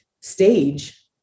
stage